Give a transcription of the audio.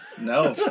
No